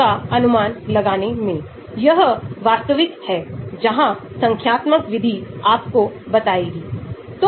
तो हमारा एक अरेखीय रिग्रेशन संबंध है